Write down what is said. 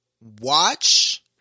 watch